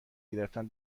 گرفتن